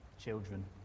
children